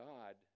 God